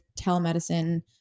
telemedicine